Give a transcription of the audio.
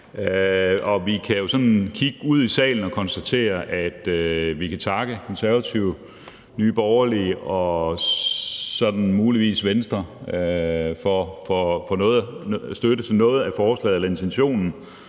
vi kan jo kigge ud i salen og konstatere, at vi kan takke Konservative, Nye Borgerlige og muligvis Venstre for støtte til noget af forslaget eller intentionen